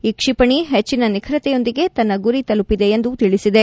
ಈ ಕ್ಷಿಪಣಿ ಹೆಚ್ಚನ ನಿಖರತೆಯೊಂದಿಗೆ ತನ್ನ ಗುರಿ ತಲುಪಿದೆ ಎಂದು ತಿಳಿಸಿದೆ